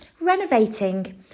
renovating